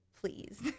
Please